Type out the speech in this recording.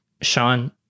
Sean